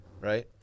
Right